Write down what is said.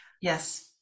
Yes